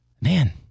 Man